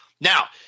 Now